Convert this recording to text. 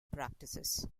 practices